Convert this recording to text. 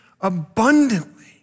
abundantly